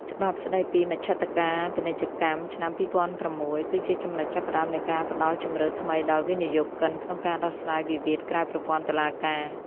ច្បាប់ស្ដីពីមជ្ឈត្តការពាណិជ្ជកម្មឆ្នាំ ២០០៦ គឺជាចំណុចចាប់ផ្ដើមនៃការផ្ដល់ជម្រើសថ្មីដល់វិនិយោគិនក្នុងការដោះស្រាយវិវាទក្រៅប្រព័ន្ធតុលាការ។